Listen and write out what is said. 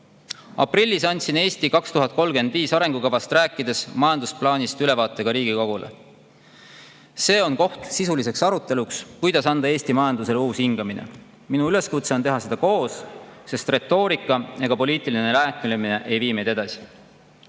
Aprillis andsin "Eesti 2035" arengukavast rääkides majandusplaanist ülevaate ka Riigikogule. See on koht sisuliseks aruteluks, kuidas anda Eesti majandusele uus hingamine. Minu üleskutse on teha seda koos, sest retoorika ega poliitiline nääklemine ei vii meid edasi.